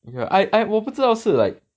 ya I I 我不知道是 like